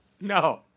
No